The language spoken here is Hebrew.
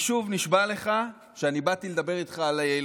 אחד מעלה, אחד